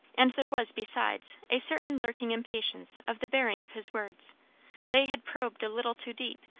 and there was, besides, a certain lurking impatience of the bearing of his words they had probed a little too deep,